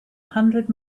hundred